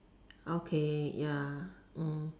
okay ya